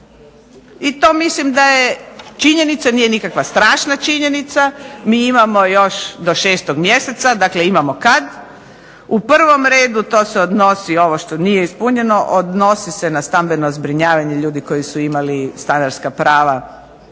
I to mislim da je činjenica, nije nikakva strašna činjenica. Mi imamo još do 6. mjeseca, dakle imamo kad. U prvom redu to se odnosi ovo što nije ispunjeno, odnosni se na stambeno zbrinjavanje ljudi koji su imali stanarska prava,